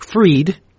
freed